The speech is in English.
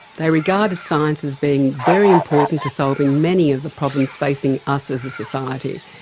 they regarded science as being very important to solving many of the problems facing us as a society.